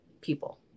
people